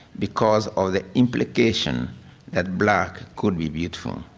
because of the implication that black could be beautiful.